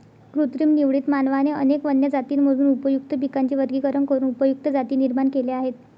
कृत्रिम निवडीत, मानवाने अनेक वन्य जातींमधून उपयुक्त पिकांचे वर्गीकरण करून उपयुक्त जाती निर्माण केल्या आहेत